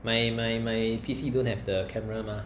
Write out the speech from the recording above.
my my my P_C don't have the camera [ma]